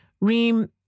Reem